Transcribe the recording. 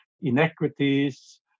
inequities